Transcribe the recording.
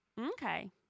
Okay